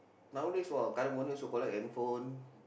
nowadays !wah! Karung-Guni also collect handphone